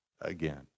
again